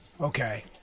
Okay